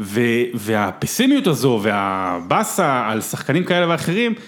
והפסימיות הזו והבאסה על שחקנים כאלה ואחרים.